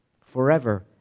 forever